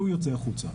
והוא יוצא החוצה.